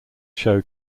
show